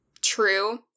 true